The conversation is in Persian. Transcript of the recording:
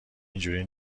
اینجوری